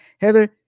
Heather